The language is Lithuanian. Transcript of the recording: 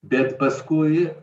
bet paskui